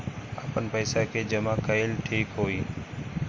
आपन पईसा के जमा कईल ठीक होई?